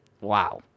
Wow